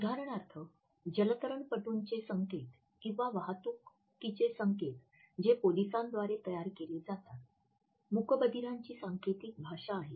उदाहरणार्थ जलतरणपटूंचे संकेत किंवा वाहतुकीचे संकेत जे पोलिसांद्वारे तयार केले जातात मूकबधीरांची सांकेतिक भाषा आहे